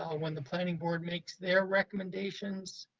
ah when the planning board makes their recommendations,